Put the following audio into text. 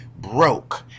broke